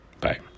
bye